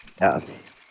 Yes